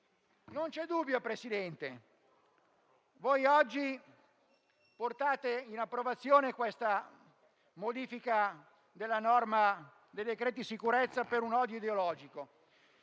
Non c'è dubbio, Presidente: voi oggi portate in approvazione questa modifica della norma dei decreti sicurezza per un odio ideologico.